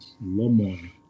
Lamar